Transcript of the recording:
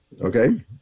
okay